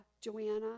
Joanna